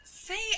say